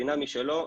פינה משלו,